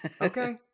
Okay